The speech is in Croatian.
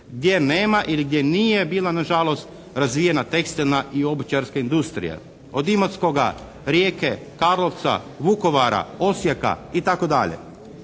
gdje nema ili gdje nije bila nažalost razvijena tekstilna i obućarska industrija. Od Imotskoga, Rijeke, Karlovca, Vukovara, Osijeka, itd.